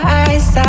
eyes